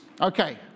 Okay